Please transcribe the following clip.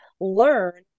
learn